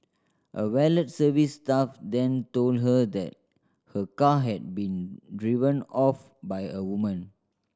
a valet service staff then told her that her car had been driven off by a woman